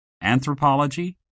anthropology